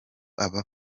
aba